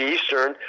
Eastern